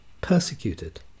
persecuted